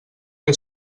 què